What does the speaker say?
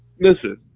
listen